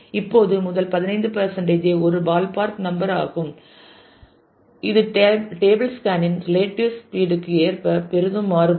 இப்போது முதல் 15 பெர்சன்ட் ஒரு பால்பார்க் நம்பர் ஆகும் இது டேபிள் ஸ்கேன் இன் ரிலேடிவ் ஸ்பீட் க்கு ஏற்ப பெரிதும் மாறுபடும்